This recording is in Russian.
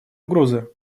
угрозы